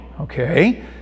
okay